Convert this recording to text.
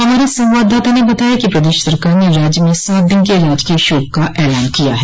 हमारे संवाददाता ने बताया कि प्रदेश सरकार ने राज्य में सात दिन के राजकीय शोक का ऐलान किया है